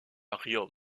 riom